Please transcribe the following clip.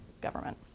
government